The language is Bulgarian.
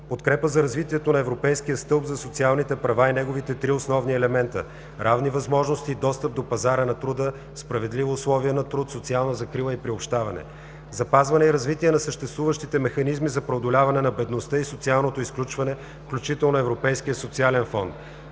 подкрепа за развитието на Европейския стълб за социалните права и неговите три основни елемента: равни възможности и достъп до пазара на труда, справедливи условия на труд, социална закрила и приобщаване; - запазване и развитие на съществуващите механизми за преодоляване на бедността и социалното изключване, включително Европейския социален фонд;